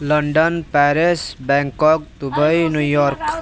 London Paris Bangkok Dubai New York